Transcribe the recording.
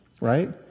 right